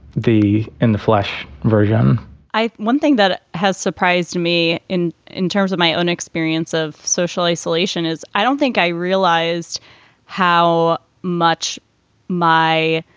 the in the flesh version one thing that has surprised me in in terms of my own experience of social isolation is i don't think i realized how much my